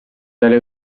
dalle